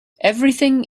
everything